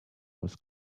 was